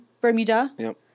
Bermuda